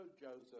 Joseph